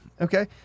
Okay